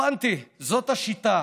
הבנתי, זאת השיטה.